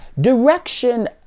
Direction